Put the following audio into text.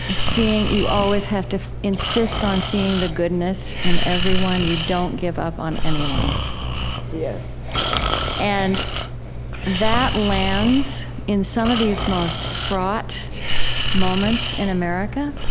and seeing you always have to insist on seeing the goodness in everyone. you don't give up on anyone yes and that lands, in some of these most fraught moments in america,